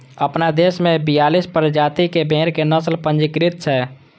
अपना देश मे बियालीस प्रजाति के भेड़क नस्ल पंजीकृत छै